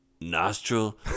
nostril